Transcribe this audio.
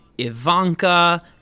Ivanka